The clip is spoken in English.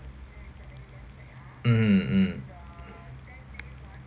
mm mm